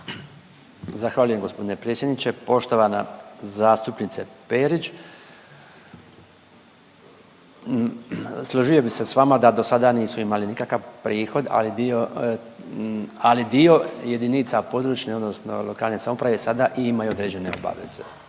Zahvaljujem g. predsjedniče. Poštovana zastupnice Perić, složio bi se s vama da dosada nisu imali nikakav prihod, ali dio, ali dio jedinica područne odnosno lokalne samouprave sada i imaju određene obaveze.